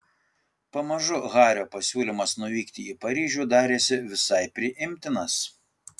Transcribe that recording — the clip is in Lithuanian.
pamažu hario pasiūlymas nuvykti į paryžių darėsi visai priimtinas